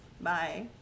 Bye